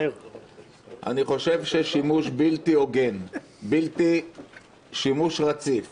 אני חושב ששימוש בלתי הוגן, שימוש רציף